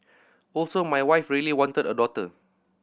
also my wife really wanted a daughter